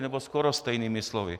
Nebo skoro stejnými slovy.